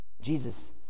Jesus